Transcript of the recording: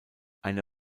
eine